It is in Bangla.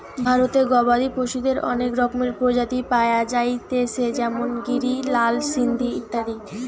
ভারতে গবাদি পশুদের অনেক রকমের প্রজাতি পায়া যাইতেছে যেমন গিরি, লাল সিন্ধি ইত্যাদি